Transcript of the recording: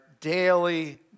daily